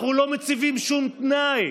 אנחנו לא מציבים שום תנאי.